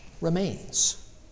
remains